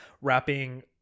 wrapping